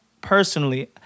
personally